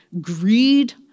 greed